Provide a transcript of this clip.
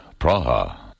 Praha